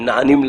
הם נענים.